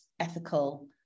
ethical